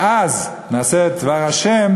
ואז נעשה את דבר ה',